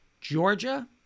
Georgia